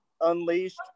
unleashed